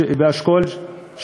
הם באשכול 3,